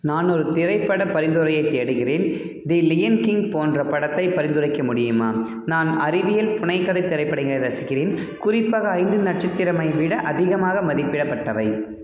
நான் ஒரு திரைப்படப் பரிந்துரையைத் தேடுகிறேன் தி லியன் கிங் போன்ற படத்தைப் பரிந்துரைக்க முடியுமா நான் அறிவியல் புனைக்கதைத் திரைப்படங்களை ரசிக்கிறேன் குறிப்பாக ஐந்து நட்சத்திரமை விட அதிகமாக மதிப்பிடப்பட்டவை